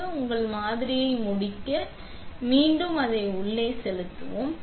இப்போது நீங்கள் உங்கள் மாதிரி முடிக்க நாம் மீண்டும் உள்ளே போடுவோம்